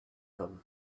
them